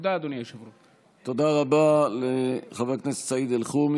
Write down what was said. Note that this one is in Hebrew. תודה רבה לחבר הכנסת סעיד אלחרומי.